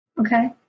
Okay